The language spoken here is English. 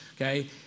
okay